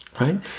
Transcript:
right